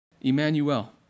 Emmanuel